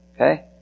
okay